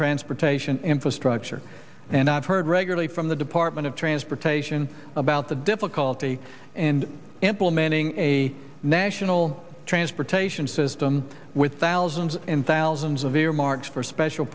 transportation infrastructure and heard regularly from the department of transportation about the difficulty and implementing a national transportation system with thousands and thousands of earmarks for special